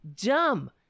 dumb